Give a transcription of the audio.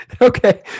Okay